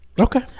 Okay